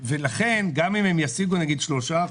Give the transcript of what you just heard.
לכן גם אם הם ישיגו נגיד 3%,